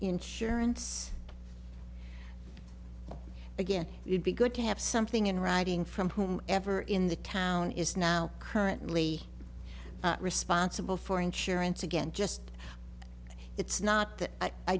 insurance again it would be good to have something in writing from whom ever in the town is now currently responsible for insurance again just it's not